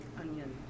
onion